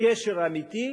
קשר אמיתי,